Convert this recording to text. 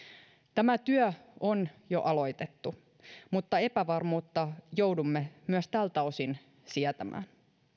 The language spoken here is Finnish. tämä työ on jo aloitettu mutta epävarmuutta joudumme myös tältä osin sietämään